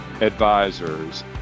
advisors